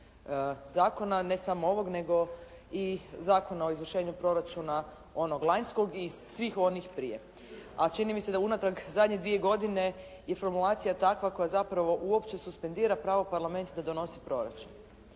zakona, nego i Zakona o izvršenju proračuna onog lanjskog i svih onih prije, a čini mi se da unatrag zadnje dvije godine i formulacija je takva koja zapravo uopće suspendira pravo Parlamenta da donosi proračun.